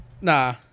Nah